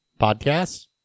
podcasts